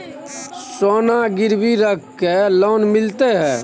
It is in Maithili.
सोना गिरवी रख के लोन मिलते है?